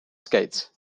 skates